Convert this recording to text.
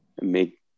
make